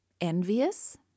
envious